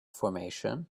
formation